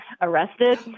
arrested